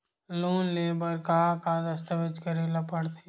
Loan ले बर का का दस्तावेज करेला पड़थे?